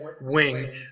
Wing